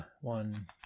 one